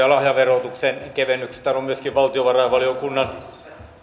ja lahjaverotuksen kevennyksethän ovat myöskin valtiovarainvaliokunnan